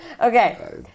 Okay